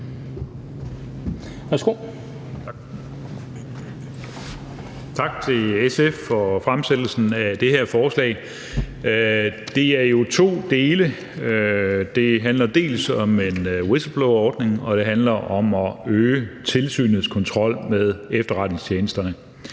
Tak til SF for fremsættelsen af det her forslag. Det er jo i to dele. Det handler dels om en whistleblowerordning, dels om at øge tilsynets kontrol med efterretningstjenesterne.